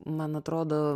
man atrodo